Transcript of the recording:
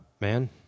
Man